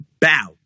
Bow